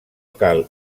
cal